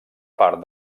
part